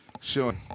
showing